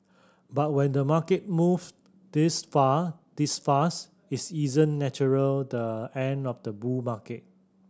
but when the market moves this far this fast is isn't natural the end of the bull market